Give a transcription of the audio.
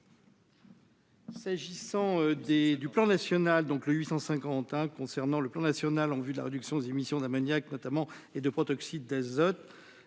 S'agissant des du plan national donc, le 850 à concernant le plan national, en vue de la réduction des émissions d'ammoniac notamment et de protoxyde d'azote,